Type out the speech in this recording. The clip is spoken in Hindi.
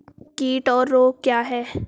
कीट और रोग क्या हैं?